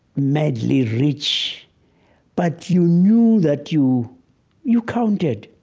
madly rich but you knew that you you counted.